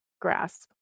grasp